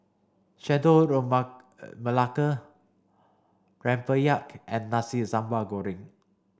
Chendol Remabelaka Rempeyek and Nasi Sambal Goreng